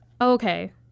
Okay